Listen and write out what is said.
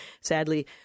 Sadly